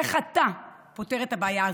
איך אתה פותר את הבעיה הזו?